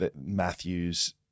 Matthews